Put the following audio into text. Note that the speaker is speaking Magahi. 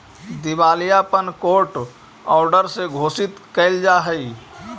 दिवालियापन कोर्ट ऑर्डर से घोषित कैल जा हई